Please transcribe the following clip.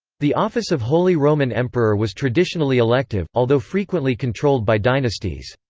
the office of holy roman emperor was traditionally elective, although frequently controlled by dynasties.